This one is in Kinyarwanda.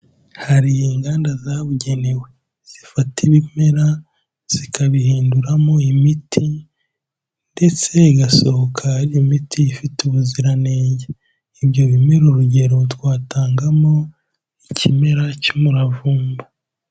Hari inganda zabugenewe zifata ibimera zikabihinduramo imiti ndetse igasohoka ari imiti ifite ubuziranenge, ibyo bimera urugero twatangamo ikimera cy'umuravumba.